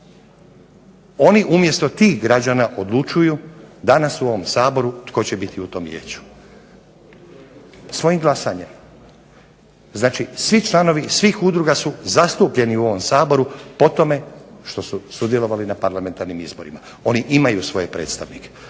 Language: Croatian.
Oni umjesto tih građana odlučuju danas u ovom Saboru tko će biti u tom vijeću, svojim glasanjem, znači svi članovi svih udruga su zastupljeni u ovom Saboru po tome što su sudjelovali na parlamentarnim izborima. Oni imaju svoje predstavnike.